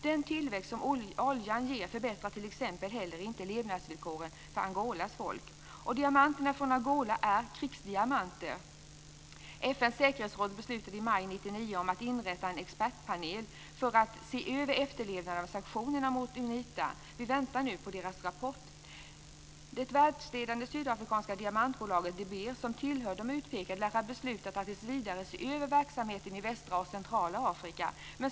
Den tillväxt som oljan ger förbättrar t.ex. heller inte levnadsvillkoren för Angolas folk. Diamanterna från Angola är krigsdiamanter. FN:s säkerhetsråd beslutade i maj 1999 att inrätta en expertpanel för att se över efterlevnaden av sanktioner mot Unita. Vi väntar nu på deras rapport. De Beers, som tillhör de utpekade, lär ha beslutat att tills vidare se över verksamheten i västra och centrala Afrika.